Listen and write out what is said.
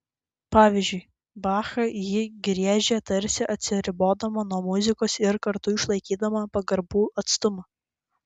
pavyzdžiui bachą ji griežia tarsi atsiribodama nuo muzikos ir kartu išlaikydama pagarbų atstumą